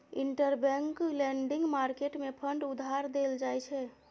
interbank lending market मे fund उधार देल जाइ छै